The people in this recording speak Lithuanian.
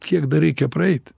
kiek dar reikia praeit